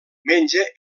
menja